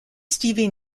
stevie